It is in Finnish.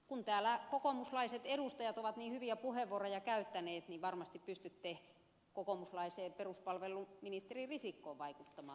kun täällä kokoomuslaiset edustajat ovat niin hyviä puheenvuoroja käyttäneet niin varmasti pystytte kokoomuslaiseen peruspalveluministeri risikkoon vaikuttamaan myönteisellä tavalla